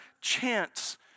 chance